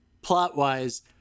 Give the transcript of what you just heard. Plot-wise